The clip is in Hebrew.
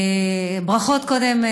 ברכות קודם,